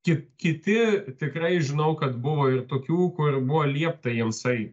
kit kiti tikrai žinau kad buvo ir tokių kur buvo liepta jiems eit